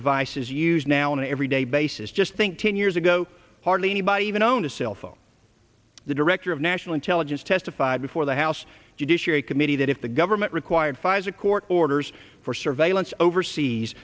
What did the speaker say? devices used now on an everyday basis just think ten years ago hardly anybody even own a cellphone the director of national intelligence testified before the house judiciary committee that if the government required pfizer court orders for surveillance overseas